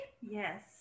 Yes